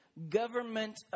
Government